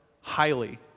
highly